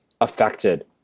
affected